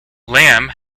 lamb